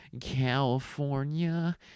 California